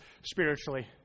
spiritually